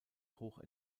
hoch